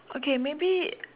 okay maybe